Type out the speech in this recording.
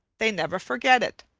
they never forget it.